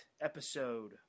episode